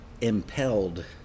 Impelled